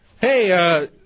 Hey